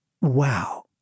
Wow